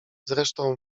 zresztą